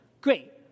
Great